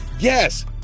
Yes